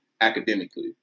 academically